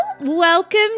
Welcome